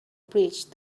bridge